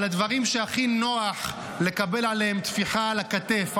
על הדברים שהכי נוח לקבל עליה טפיחה על הכתף,